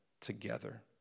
together